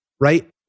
right